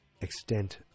extent